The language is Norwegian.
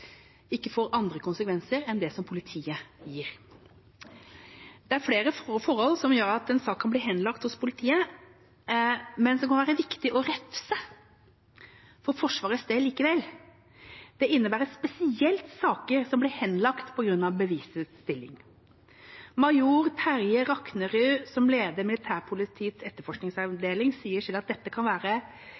ikke får andre konsekvenser enn det som politiet gir. Det er flere forhold som gjør at en sak kan bli henlagt hos politiet, men som likevel kan være viktig å refse for Forsvarets del. Det innebærer spesielt saker som blir henlagt på grunn av bevisets stilling. Major Terje Raknerud, som leder militærpolitiets etterforskningsavdeling, sier selv at dette kan være